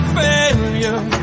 failure